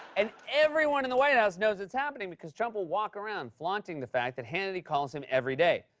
and everyone in the white house knows it's happening, because trump will walk around, flaunting the fact that hannity calls him every day.